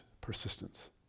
persistence